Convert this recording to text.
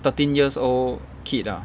thirteen years old kid lah